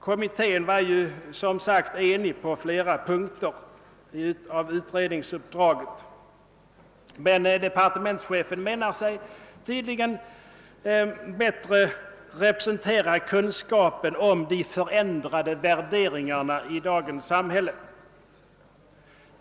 Kommittén var ju, som sagt, enig på flera punkter. Men departementschefen anser sig tydligen bättre representera kunskapen om de förändrade värderingarna i dagens samhälle.